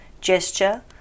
gesture